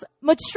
mature